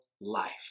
life